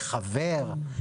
לחבר?